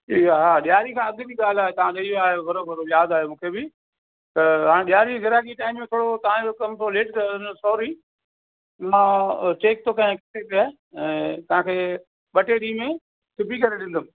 हा ॾियारी खां अॻ जी ॻाल्हि आहे तव्हां ॾई विया आहियो बराबरि यादि आहे मूंखे बि त हाणे ॾियारी जी ग्राहकीअ जे टाइम थोरो तव्हां जो कम थोरो लेट कयो सॉरी मां चैक थो कयां किथे जो आहे ऐं तव्हां खे ॿ टे ॾींहं में सिबी करे ॾींदुमि